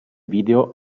video